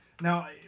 Now